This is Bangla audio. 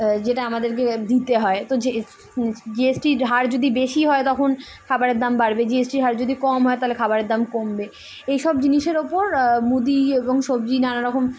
যেটা আমাদেরকে দিতে হয় তো জিএসটির হার যদি বেশি হয় তখন খাবারের দাম বাড়বে জিএসটির হার যদি কম হয় তাহলে খাবারের দাম কমবে এইসব জিনিসের ওপর মুদি এবং সবজি নানা রকম